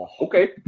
Okay